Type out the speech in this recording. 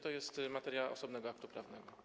To jest materia osobnego aktu prawnego.